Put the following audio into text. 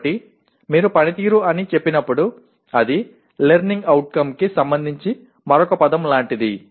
కాబట్టి మీరు పనితీరు అని చెప్పినప్పుడు అది లెర్నింగ్ అవుట్కమ్ కి సంబంధించి మరొక పదం లాంటిది